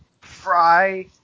Fry